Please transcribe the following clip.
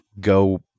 go